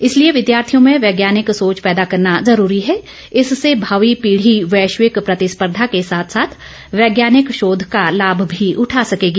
इसलिए विद्यार्थियों में वैज्ञानिक सोच पैदा करना जरूरी है इससे भावी पीढ़ी वैश्विक प्रतिस्पर्धा के साथ साथ वैज्ञानिक शोध का लाभ भी उठा सकेगी